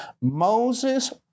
Moses